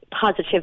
positive